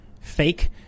fake